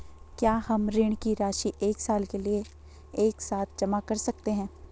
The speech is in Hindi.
क्या हम ऋण की राशि एक साल के लिए एक साथ जमा कर सकते हैं?